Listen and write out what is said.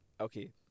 Okay